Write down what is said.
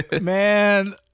Man